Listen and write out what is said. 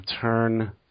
turn